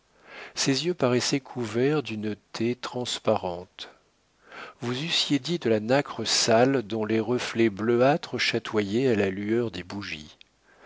ses yeux paraissaient couverts d'une taie transparente vous eussiez dit de la nacre sale dont les reflets bleuâtres chatoyaient à la lueur des bougies